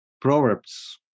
Proverbs